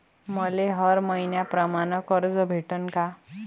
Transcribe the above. मले हर मईन्याप्रमाणं कर्ज भेटन का?